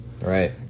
Right